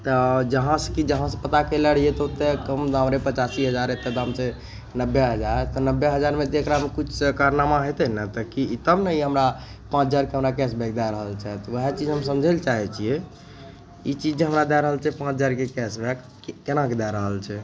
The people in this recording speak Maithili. तऽ जहाँसे कि जहाँ पता कएले रहिए तऽ ओतए कम दाम रहै पचासी हजार एतए दाम छै नब्बे हजार तऽ नब्बे हजारमे जे एकरामे किछु तऽ कारनामा हेतै ने तऽ कि तब ने ई हमरा पाँच हजारके हमरा कैशबैक दै रहल छै वएह चीज हम समझै ले चाहै छिए ई चीज जे हमरा दै रहल छै पाँच हजारके कैशबैक कोना कै दै रहल छै